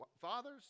fathers